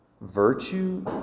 virtue